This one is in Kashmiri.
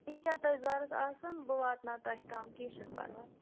ییٖتیٛاہ تۄہہِ ضروٗرت آسَن بہٕ واتناو تۄہہِ تام کیٚنٛہہ چھُنہٕ پَرواے